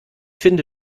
finde